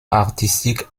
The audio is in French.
artistique